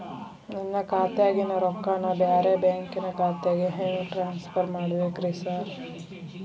ನನ್ನ ಖಾತ್ಯಾಗಿನ ರೊಕ್ಕಾನ ಬ್ಯಾರೆ ಬ್ಯಾಂಕಿನ ಖಾತೆಗೆ ಹೆಂಗ್ ಟ್ರಾನ್ಸ್ ಪರ್ ಮಾಡ್ಬೇಕ್ರಿ ಸಾರ್?